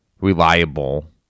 reliable